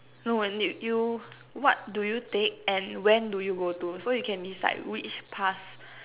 no when you what do you take and when do you go to so you can decide which past